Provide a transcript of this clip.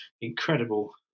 incredible